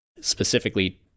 specifically